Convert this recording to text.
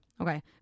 Okay